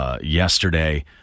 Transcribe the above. Yesterday